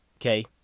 Okay